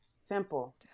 Simple